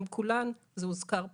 זה הוזכר פה,